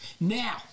Now